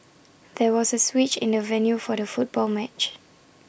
there was A switch in the venue for the football match